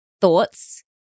thoughts